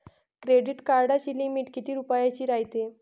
Credit कार्डाची limit कितीक रुपयाची रायते?